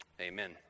Amen